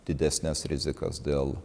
didesnes rizikas dėl